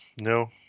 no